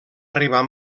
arribar